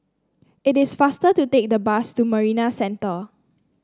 it is faster to take the bus to Marina Centre